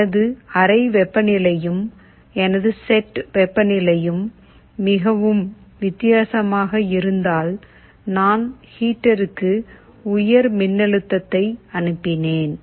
எனது அறை வெப்பநிலையையும் எனது செட் வெப்பநிலையும் மிகவும் வித்தியாசமாக இருந்தால் நான் ஹீட்டருக்கு உயர் மின்னழுத்தத்தை அனுப்பினேன்